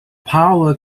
power